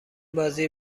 بازی